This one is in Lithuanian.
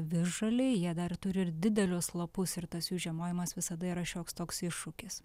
visžaliai jie dar turi ir didelius lapus ir tas jų žiemojimas visada yra šioks toks iššūkis